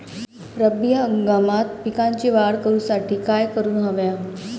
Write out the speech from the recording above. रब्बी हंगामात पिकांची वाढ करूसाठी काय करून हव्या?